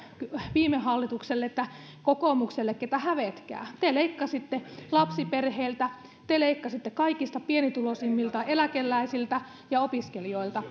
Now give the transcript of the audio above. viime hallitukselle kokoomuksellekin että hävetkää te leikkasitte lapsiperheiltä te leikkasitte kaikista pienituloisimmilta eläkeläisiltä ja opiskelijoilta